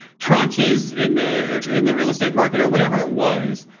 tranches in the in the real estate market or whatever it was.